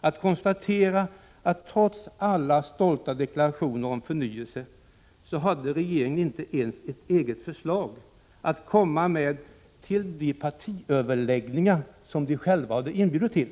att konstatera att trots alla stolta deklarationer om förnyelse hade regeringen inte ens ett eget förslag att komma med till de partiöverläggningar som den själv hade inbjudit till.